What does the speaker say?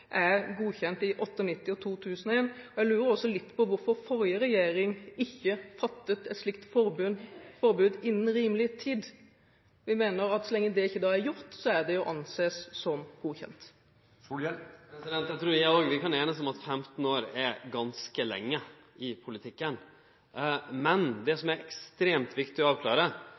er godkjent i 1998 og 2001, og jeg lurer litt på hvorfor forrige regjering ikke fattet et slikt forbud innen «rimelig tid». Vi mener at så lenge det da ikke er gjort, så er det å anse som godkjent. Eg trur vi òg kan einast om at 15 år er ganske lenge i politikken. Men det som er ekstremt viktig å avklare,